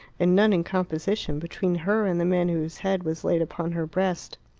and none in composition, between her and the man whose head was laid upon her breast.